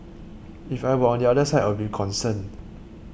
if I were on the other side I'd be concerned